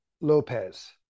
lopez